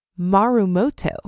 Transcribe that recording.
Marumoto